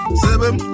seven